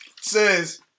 says